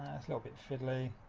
that's little bit fiddly.